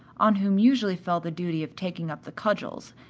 on whom usually fell the duty of taking up the cudgels,